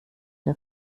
der